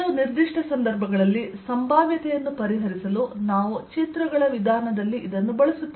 ಕೆಲವು ನಿರ್ದಿಷ್ಟ ಸಂದರ್ಭಗಳಲ್ಲಿ ಸಂಭಾವ್ಯತೆಯನ್ನು ಪರಿಹರಿಸಲು ನಾವು ಚಿತ್ರಗಳ ವಿಧಾನದಲ್ಲಿ ಇದನ್ನು ಬಳಸುತ್ತೇವೆ